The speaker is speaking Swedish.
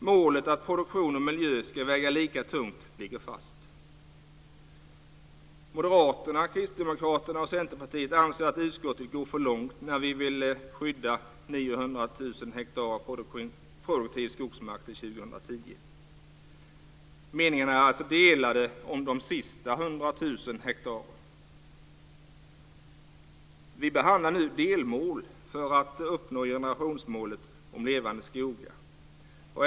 Målet att produktion och miljö ska väga lika tungt ligger fast. Moderaterna, Kristdemokraterna och Centerpartiet anser att utskottet går för långt när det vill skydda Meningarna är delade om de sista 100 000 hektaren. Vi behandlar nu delmål för att uppnå generationsmålet om levande skogar.